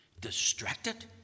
distracted